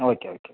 okay okay